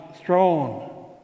throne